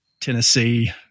Tennessee